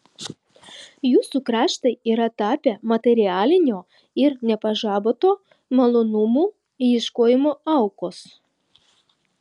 jūsų kraštai yra tapę materialinio ir nepažaboto malonumų ieškojimo aukos